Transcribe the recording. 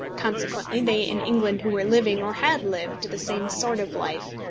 consequently they in england who were living, or had lived, the same sort of life,